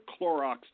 Clorox